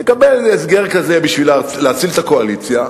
נקבל הסדר כזה בשביל להציל את הקואליציה,